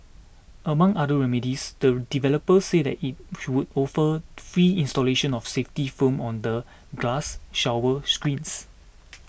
among other remedies the developer said that it would offer free installation of safety films on the glass shower screens